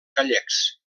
gallecs